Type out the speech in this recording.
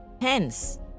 Hence